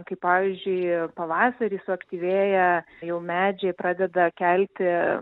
kai pavyzdžiui pavasarį suaktyvėja jau medžiai pradeda kelti